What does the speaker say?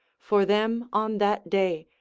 for them on that day,